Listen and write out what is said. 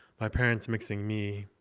my parents mixing me,